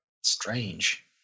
Strange